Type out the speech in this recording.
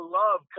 love